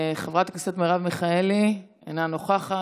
חברת הכנסת מרב מיכאלי, אינה נוכחת.